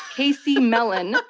casey mellon. ah